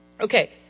Okay